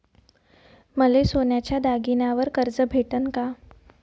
मले सोन्याच्या दागिन्यावर कर्ज भेटन का?